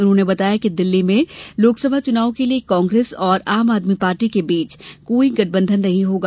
उन्होंने बताया कि दिल्ली में लोकसभा चुनावों के लिए कांग्रेस और आम आदमी पार्टी के बीच कोई गठबंधन नहीं होगा